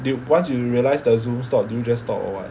dude once you realize the Zoom stop did you just talk or what